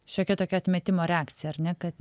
šiokia tokia atmetimo reakcija ar ne kad